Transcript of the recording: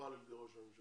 טופל על ידי ראש הממשלה,